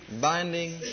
Binding